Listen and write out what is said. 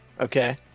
Okay